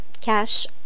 cash